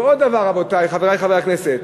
ועוד דבר, רבותי, חברי חברי הכנסת.